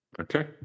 Okay